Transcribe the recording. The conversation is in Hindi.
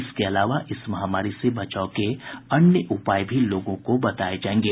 इसके अलावा इस महामारी से बचाव के अन्य उपाय भी लोगों को बताये जायेंगे